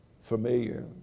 familiar